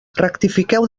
rectifiqueu